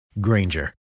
Granger